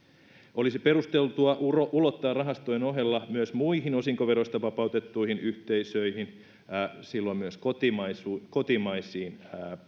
olisi perusteltua ulottaa rahastojen ohella myös muihin osinkoveroista vapautettuihin yhteisöihin tasapuolisuuden vuoksi myös kotimaisiin kotimaisiin